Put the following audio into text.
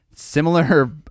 Similar